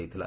ଦେଇଥିଲା